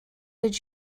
did